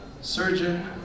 surgeon